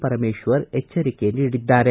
ಪರಮೇಶ್ವರ್ ಎಚ್ಚರಿಕೆ ನೀಡಿದ್ದಾರೆ